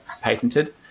patented